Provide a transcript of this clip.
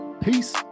peace